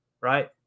right